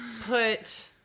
put